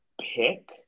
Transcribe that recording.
pick